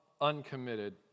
uncommitted